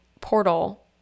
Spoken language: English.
portal